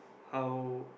how